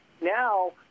Now